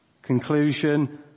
Conclusion